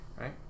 right